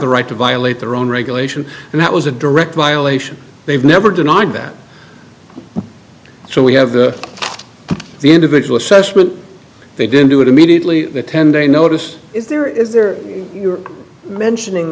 the right to violate their own regulation and that was a direct violation they've never denied that so we have the individual assessment they didn't do it immediately the ten day notice is there is there you're mentioning